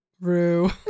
Rue